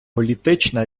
політична